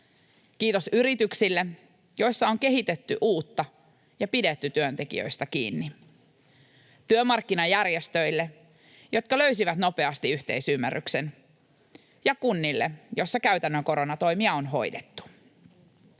Kiitos yrityksille, joissa on kehitetty uutta ja pidetty työntekijöistä kiinni, työmarkkinajärjestöille, jotka löysivät nopeasti yhteisymmärryksen, ja kunnille, joissa käytännön koronatoimia on hoidettu.